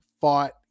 fought